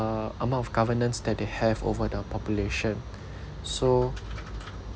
amount of governance that they have over the population so